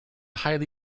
highly